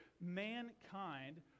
mankind